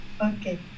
Okay